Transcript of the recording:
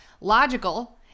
Logical